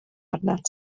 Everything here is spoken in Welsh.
arnat